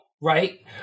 right